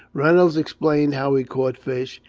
reynolds explained how he caught fish,